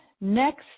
next